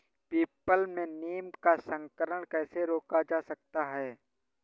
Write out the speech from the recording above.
People में नीम का संकरण कैसे रोका जा सकता है?